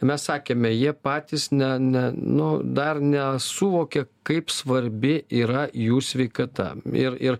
mes sakėme jie patys ne ne nu dar nesuvokia kaip svarbi yra jų sveikata ir ir